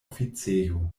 oficejo